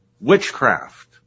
witchcraft